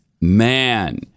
Man